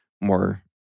more